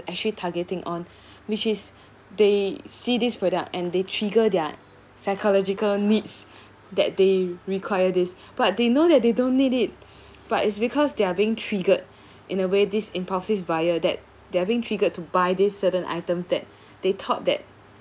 actually targeting on which is they see this product and they trigger their psychological needs that they require this but they know that they don't need it but it's because they are being triggered in a way this impulsive via that delving triggered to buy this certain items that they thought that